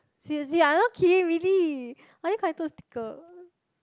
seriously I not kidding really I only collected stickers